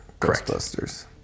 Ghostbusters